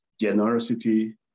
generosity